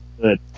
good